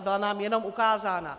Byla nám jenom ukázána.